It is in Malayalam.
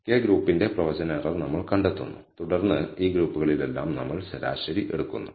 k ഗ്രൂപ്പിന്റെ പ്രവചന എറർ നമ്മൾ കണ്ടെത്തുന്നു തുടർന്ന് ഈ ഗ്രൂപ്പുകളിലെല്ലാം നമ്മൾ ശരാശരിഎടുക്കുന്നു